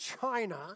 China